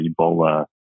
Ebola